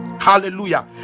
hallelujah